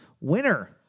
winner